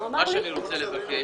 מה שאני רוצה לבקש,